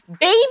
baby